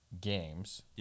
games